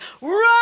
run